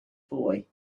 boy